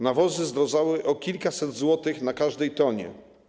Nawozy zdrożały o kilkaset złotych za każdą tonę.